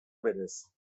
berez